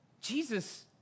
Jesus